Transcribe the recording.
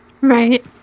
right